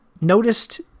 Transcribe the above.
noticed